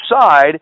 side